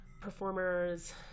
performers